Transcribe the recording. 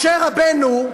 משה רבנו,